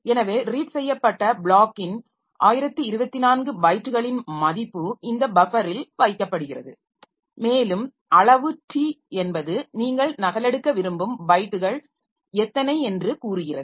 எனவே ரீட் செய்யப்பட்ட ப்ளாக்கின் 1024 பைட்டுகளின் மதிப்பு இந்த பஃபரில் வைக்கப்படுகிறது மேலும் அளவு t என்பது நீங்கள் நகலெடுக்க விரும்பும் பைட்டுகள் எத்தனை என்று கூறுகிறது